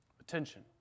attention